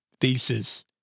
thesis